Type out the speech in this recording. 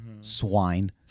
Swine